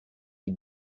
les